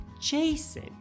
Jason